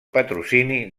patrocini